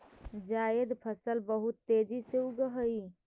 जायद फसल बहुत तेजी से उगअ हई